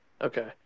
okay